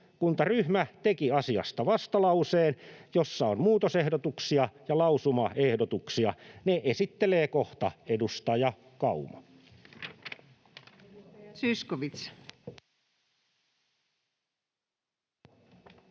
teki asiasta vastalauseen, jossa on muutosehdotuksia ja lausumaehdotuksia. Ne esittelee kohta edustaja Kauma.